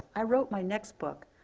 i wrote my next book,